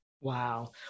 Wow